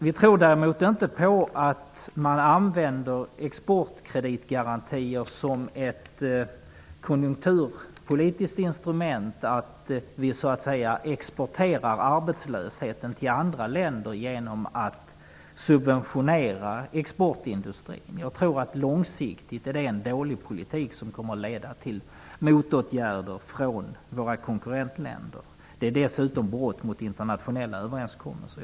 Vi tror däremot inte på användningen av exportkreditgarantier som ett konjunkturpolitiskt instrument, att vi så att säga exporterar arbetslösheten till andra länder genom att subventionera exportindustrin. Jag tror att det långsiktigt är en dålig politik som kommer att leda till motåtgärder från våra konkurrentländer. Det är dessutom brott mot internationella överenskommelser.